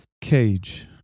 cage